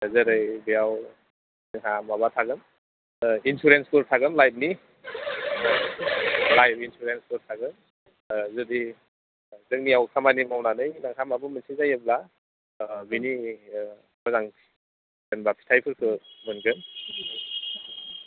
जेरै बेयाव जोंहा माबा थागोन इन्सुरेन्सफोर थागोन लाइफनि लाइफ इन्सुरेन्सफोर थागोन जुदि जोंनियाव खामानि मावनानै नोंथांहा माबा मोनसे जायोब्ला बिनि मोजां जेन'बा फिथाइफोरखो मोनगोन